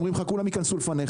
אומרים לך כולם ייכנסו לפניך.